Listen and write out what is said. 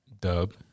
Dub